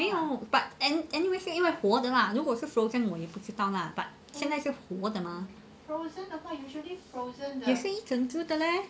没有 but anyway 是因为活的 lah 如果是 frozen 的我也不知道 lah 现在是活的 mah 也是一整只的 leh